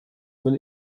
man